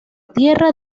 tierra